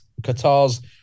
Qatar's